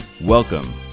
Welcome